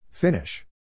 Finish